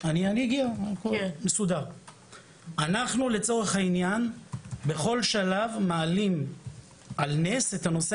אנחנו לצורך העניין בכל שלב מעלים על נס את הנושא